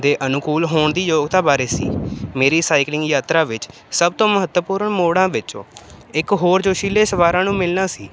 ਦੇ ਅਨੁਕੂਲ ਹੋਣ ਦੀ ਯੋਗਤਾ ਬਾਰੇ ਸੀ ਮੇਰੀ ਸਾਈਕਲਿੰਗ ਯਾਤਰਾ ਵਿੱਚ ਸਭ ਤੋਂ ਮਹੱਤਵਪੂਰਨ ਮੋੜਾਂ ਵਿੱਚੋਂ ਇੱਕ ਹੋਰ ਜੋਸ਼ੀਲੇ ਸਵਾਰਾਂ ਨੂੰ ਮਿਲਣਾ ਸੀ